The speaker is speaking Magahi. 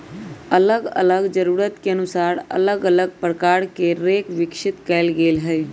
अल्लग अल्लग जरूरत के अनुसार अल्लग अल्लग प्रकार के हे रेक विकसित कएल गेल हइ